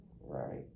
right